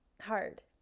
hard